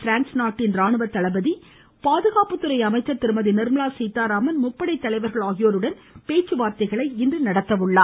prawns நாட்டின் ராணுவ தளபதி பாதுகாப்புத்துறை அமைச்சர் திருமதி நிர்மலா சீதாராமன் முப்படை தலைவர்கள் ஆகியோருடன் பேச்சுவார்த்தைகளை நடத்தஉள்ளார்